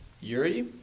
Yuri